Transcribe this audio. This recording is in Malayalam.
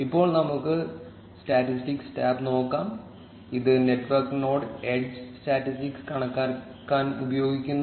ഇപ്പോൾ നമുക്ക് സ്റ്റാറ്റിസ്റ്റിക്സ് ടാബ് നോക്കാം ഇത് നെറ്റ്വർക്ക് നോഡ് എഡ്ജ് സ്റ്റാറ്റിസ്റ്റിക്സ് കണക്കാക്കാൻ ഉപയോഗിക്കുന്നു